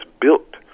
built